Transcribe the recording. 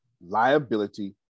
liability